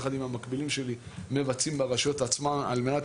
יחד עם המקבילים שלי מבצעים ברשויות עצמן על מנת